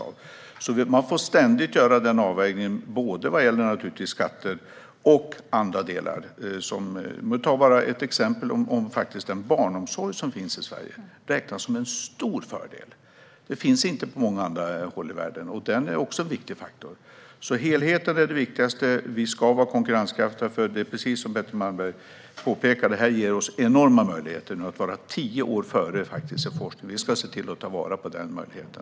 Man får alltså ständigt göra en avvägning vad gäller både skatter och andra delar. Vi kan ta bara ett exempel, nämligen den barnomsorg som finns i Sverige. Den räknas som en stor fördel och finns inte på många andra håll i världen, så den är också en viktig faktor. Helheten är alltså det viktigaste. Vi ska vara konkurrenskraftiga, för det är precis som Betty Malmberg påpekar: Detta ger oss enorma möjligheter att ligga tio år före när det gäller forskningen. Vi ska se till att ta vara på den möjligheten.